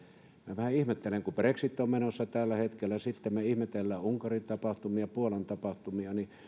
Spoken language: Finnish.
vähän ihmettelen kun brexit on menossa tällä hetkellä ja sitten me ihmettelemme unkarin tapahtumia puolan tapahtumia että